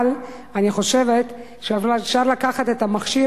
אבל אני חושבת שאפשר לקחת את המכשיר,